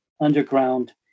underground